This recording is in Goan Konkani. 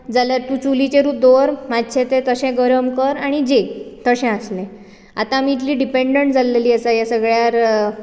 जाल्यार तूं चुलीचेरूच दवर मातशे तशें गरम कर आनी जेय तशें आसलें आतां आमी इतलीं डिपेन्डंट जालेलीं आसात ह्या सगळ्यांचेर